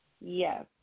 Yes